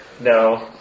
No